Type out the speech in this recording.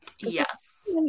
Yes